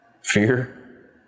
Fear